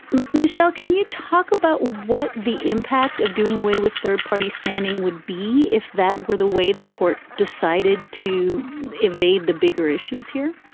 michelle, can you talk about what the impact of doing away with third party standing would be if that were the way the court decided to evade the bigger issues here?